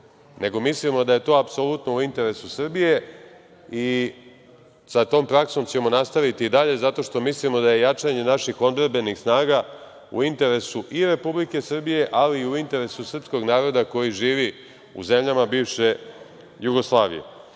nego mislimo da je to apsolutno u interesu Srbije i sa tom praksom ćemo nastaviti i dalje zato što mislimo da je jačanje naših odbrambenih snaga u interesu i Republike Srbije, ali i interesu srpskog naroda koji živi u zemljama bivše Jugoslavije. Naveo